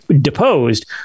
deposed